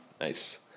Nice